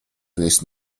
весь